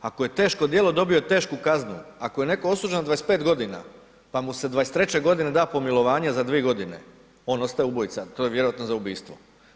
Ako je teško djelo dobio je tešku kaznu, ako je neko osuđen na 25 godina pa mu se 23. godine da pomilovanje za dvije godine on ostaje ubojica, to je vjerojatno za ubistvo.